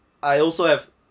I also have